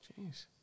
Jeez